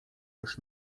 już